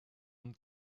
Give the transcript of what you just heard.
und